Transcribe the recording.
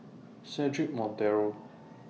Cedric Monteiro